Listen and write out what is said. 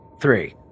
three